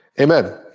amen